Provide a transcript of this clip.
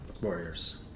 warriors